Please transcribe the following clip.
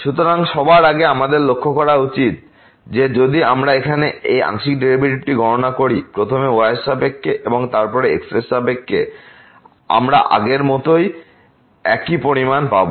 সুতরাং সবার আগে আমাদের লক্ষ্য করা উচিত যে যদি আমরা এখানে আংশিক ডেরিভেটিভ গণনা করি প্রথমে y এর সাপেক্ষে এবং তারপরে x এর সাপেক্ষে আমরা আগের মতো একই পরিমাণ পাব